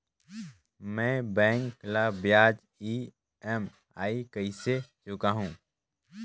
मैं बैंक ला ब्याज ई.एम.आई कइसे चुकाहू?